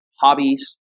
hobbies